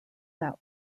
that